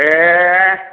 ए